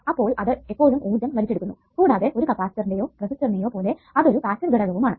അപ്പോൾ അത് എപ്പോഴും ഊർജ്ജം വലിച്ചെടുക്കുന്നു കൂടാതെ ഒരു കപ്പാസിറ്ററിനെയോ റെസിസ്റ്ററിനെയോ പോലെ അതൊരു പാസ്സീവ് ഘടകവും ആണ്